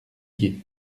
gué